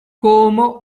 como